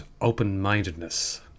open-mindedness